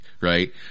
right